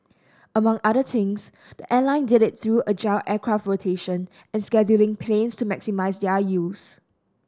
among other things the airline did it through agile aircraft rotation and scheduling planes to maximise their use